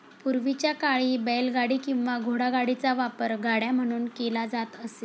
पूर्वीच्या काळी बैलगाडी किंवा घोडागाडीचा वापर गाड्या म्हणून केला जात असे